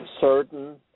certain